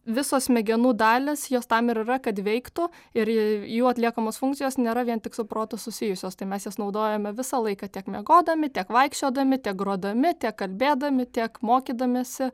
visos smegenų dalys jos tam ir yra kad veiktų ir jų atliekamos funkcijos nėra vien tik su protu susijusios tai mes jas naudojame visą laiką tiek miegodami tiek vaikščiodami tiek grodami tiek kalbėdami tiek mokydamiesi